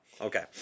Okay